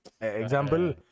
Example